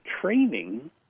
training